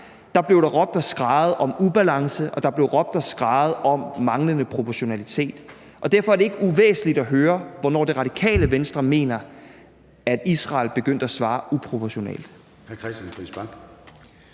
blev der råbt og skreget om ubalance, og der blev råbt og skreget om manglende proportionalitet. Derfor er det ikke uvæsentligt at høre, hvornår Radikale Venstre mener at Israel begyndte at svare uproportionalt.